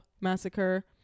massacre